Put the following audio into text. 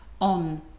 on